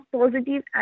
positive